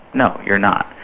no, you're not.